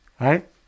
Right